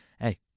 Hey